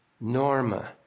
Norma